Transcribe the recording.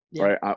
right